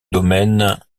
domaine